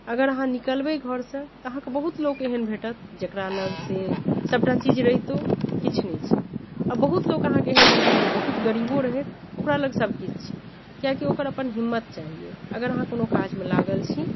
अगर अहाँ निकलबै घरसँ तऽ अहाँकेँ बहुत लोक एहन भेटत जकरा लग से सभटा चीज रहितो किछु नहि छै आओर बहुत लोक अहाँकेँ एहन भेटत जे बहुत गरीबो रहैत ओकरा लग सभकिछु छै कियाकि ओकर अपन हिम्मत चाहियै अगर अहाँ कोनो काजमे लागल छी